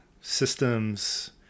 Systems